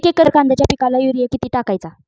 एक एकर कांद्याच्या पिकाला युरिया किती टाकायचा?